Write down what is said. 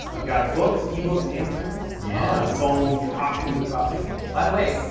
i've got books, ebooks and print books. yeah. on foam costume and prop making. by the way,